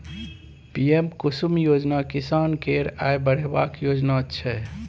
PM Kusum योजना किसान केर आय बढ़ेबाक योजना छै